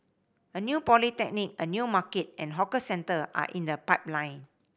a new polyclinic a new market and hawker centre are in the pipeline